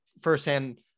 firsthand